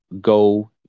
go